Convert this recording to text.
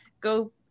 go